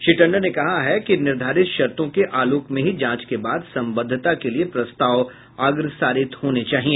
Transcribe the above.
श्री टंडन ने कहा है कि निर्धारित शर्तों के आलोक में ही जांच के बाद संबद्वता के लिए प्रस्ताव अग्रसारित होने चाहिए